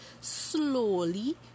slowly